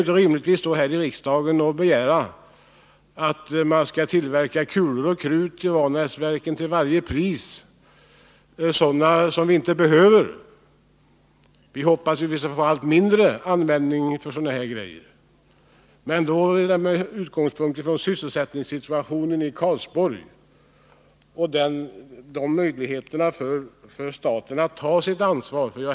Vi kan rimligtvis inte stå här i riksdagen och begära att man vid Vanäsverken till varje pris skall tillverka kulor och krut som vi inte behöver. Vi hoppas ju att vi skall få allt mindre användning för sådana saker. Men med utgångspunkt i sysselsättningssituationen i Karlsborg hävdar jag att staten måste ta sitt ansvar.